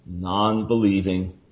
Non-believing